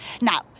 Now